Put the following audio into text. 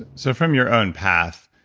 so from your own path,